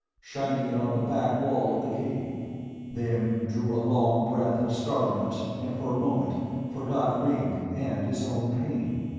shining it on the back wall of the cave then drew a long breath of startlement and for a moment forgot ringg and his own pain.